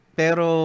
pero